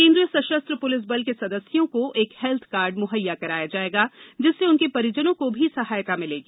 केंद्रीय सशस्त्र पुलिस बल के सदस्यों को एक हैल्थ कार्ड मुहैया कराया जाएगा जिससे उनके परिजनों को भी सहायता मिलेगी